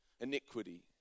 Iniquity